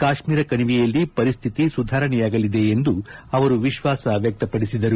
ಕಾಶ್ನೀರ ಕಣಿವೆಯಲ್ಲಿ ಪರಿಸ್ತಿತಿ ಸುಧಾರಣೆಯಾಗಲಿದೆ ಎಂದು ಅವರು ವಿಶ್ವಾಸ ವ್ಲಕ್ಷಿಪಡಿಸಿದರು